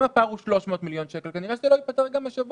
אם הפער הוא 300 מיליון שקל כנראה שגם זה לא ייפתר גם השבוע.